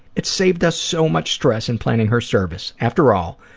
it saved us so much stress in planning her service. after all,